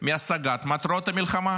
מהשגת מטרות המלחמה.